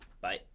Bye